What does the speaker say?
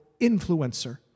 influencer